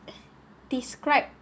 describe